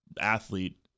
athlete